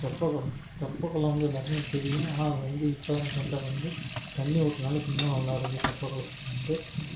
தெப்பைக்குளம் தெப்பைக்குளம் வந்து எல்லாருக்குமே தெரியும் ஆனால் அது வந்து இப்போ தான் ரீசெண்டாக வந்து தண்ணி ஊற்றுனால இப்போ இன்னும் நல்லா இருக்கு தெப்பைக்கொளத்துல வந்து